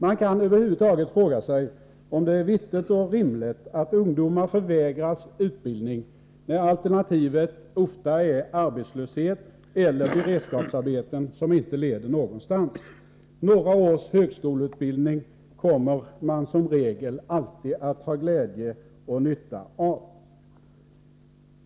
Man kan över huvud taget fråga sig om det är vettigt och rimligt att ungdomar förvägras utbildning, när alternativet ofta är arbetslöshet eller beredskapsarbeten som inte leder någonstans. Några års högskoleutbildning kommer man som regel alltid att ha glädje och nytta av.